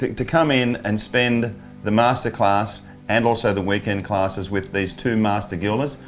like to come in and spend the master class and also the weekend classes with these two master gilders,